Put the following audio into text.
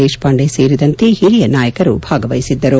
ದೇಶಪಾಂಡೆ ಸೇರಿ ಸೇರಿದಂತೆ ಹಿರಿಯ ನಾಯಕರು ಭಾಗವಹಿಸಿದ್ದರು